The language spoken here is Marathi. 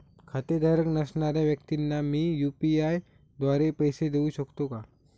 खातेधारक नसणाऱ्या व्यक्तींना मी यू.पी.आय द्वारे पैसे देऊ शकतो का?